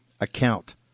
account